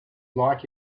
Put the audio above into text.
like